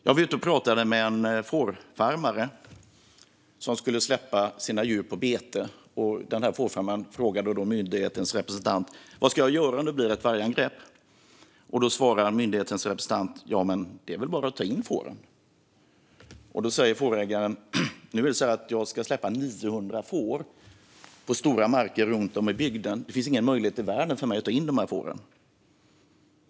Jag var ute och pratade med en fårfarmare som skulle släppa sina djur på bete. Fårfarmaren hade frågat myndighetens representant: Vad ska jag göra om det blir ett vargangrepp? Myndighetens representant svarade: Det är väl bara att ta in fåren. Då sa fårägaren: Nu är det så att jag ska släppa ut 900 får på stora marker runt om i bygden, och det finns ingen möjlighet i världen för mig att ta in alla får.